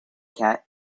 cat